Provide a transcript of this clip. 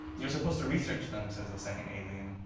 you're supposed to research them, says the second alien.